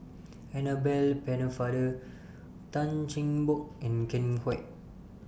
Annabel Pennefather Tan Cheng Bock and Ken Kwek